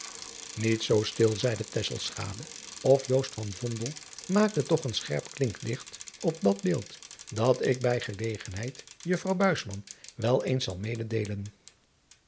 iet zoo stil zeide of maakte toch een scherp linkdicht op dat beeld dat ik bij gelegenheid uffrouw wel eens zal mededeelen